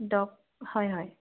doc হয় হয়